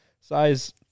size